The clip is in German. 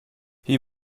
wie